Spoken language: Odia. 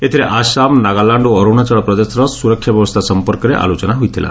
ଏଥିରେ ଆସାମ ନାଗାଲାଣ୍ଡ ଓ ଅରୁଣାଚଳପ୍ରଦେଶର ସୁରକ୍ଷା ବ୍ୟବସ୍ଥା ସଂପର୍କରେ ଆଲୋଚନା ହୋଇଥିଲା